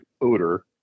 odor